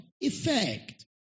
effect